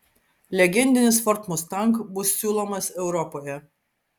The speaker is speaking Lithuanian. legendinis ford mustang bus siūlomas europoje